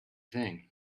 thing